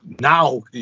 Now